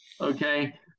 okay